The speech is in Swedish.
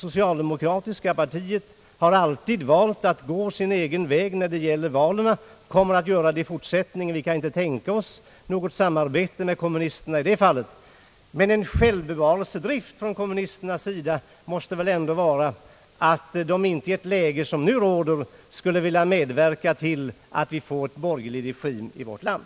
Socialdemokratiska partiet har alltid valt att gå sin egen väg när det gäller valen, och kommer att göra det även i fortsättningen. Vi kan inte tänka oss något samarbete med kommunisterna i det fallet. Men självbevarelsedriften hos kommunisterna måste väl ändå säga dem att de inte i nu rådande läge bör medverka till att vi får en borgerlig regim i vårt land.